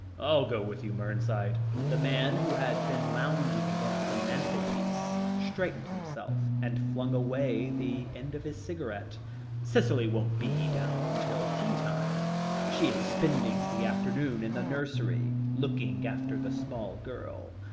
i'll go with you, mernside the man who had been lounging against the mantelpiece straightened himself, and flung away the end of his cigarette cicely won't be down till tea-time she is spending the afternoon in the nursery, looking after the small girl.